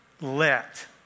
Let